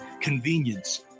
Convenience